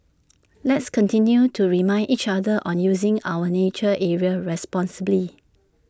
let's continue to remind each other on using our nature areas responsibly